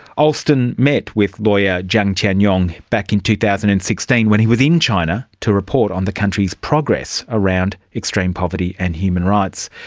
alston met with lawyer jiang tianyong back in two thousand and sixteen when he was in china to report on the country's progress around extreme poverty and human rights.